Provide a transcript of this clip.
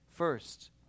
First